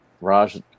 Raj